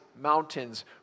mountains